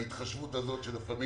בהתחשבות הזאת כאשר לפעמים